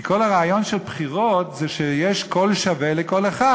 כי כל הרעיון של בחירות זה שיש קול שווה לכל אחד.